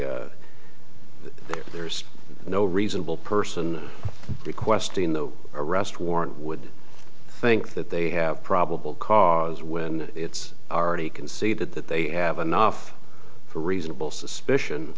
there's no reasonable person requesting the arrest warrant would think that they have probable cause when it's already conceded that they have enough reasonable suspicion